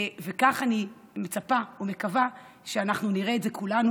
וכך אני מצפה ומקווה שכולנו,